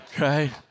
right